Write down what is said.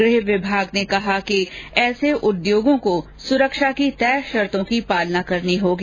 गृह विभाग ने कहा कि ऐसे उद्योगों को सुरक्षा की तय शर्तो की पालना करनी होगी